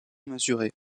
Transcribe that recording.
mesuré